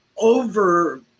over